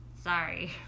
sorry